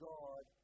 God